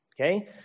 Okay